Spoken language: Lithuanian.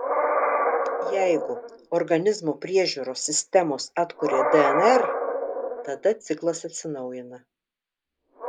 jeigu organizmo priežiūros sistemos atkuria dnr tada ciklas atsinaujina